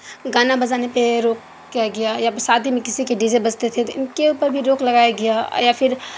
گانا بجانے پہ روک کیا گیا یا شادی میں کسی کے ڈی زے بجتے تھے تو ان کے اوپر پہ بھی روک لگایا گیا یا پھر